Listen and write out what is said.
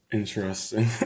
interesting